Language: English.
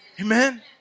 Amen